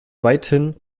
weithin